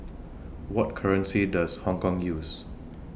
What currency Does Hong Kong use